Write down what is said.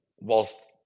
Whilst